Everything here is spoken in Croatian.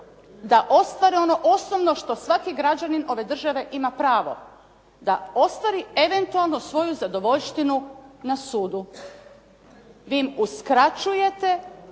da ostvare ono osnovno što svaki građanin ove države ima pravo, da ostvari eventualno svoju zadovoljštinu na sudu. Vi im uskraćujete